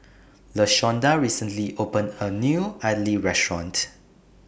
Lashonda recently opened A New Idly Restaurant